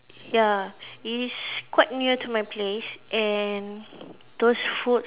ya it is quite near to my place and those food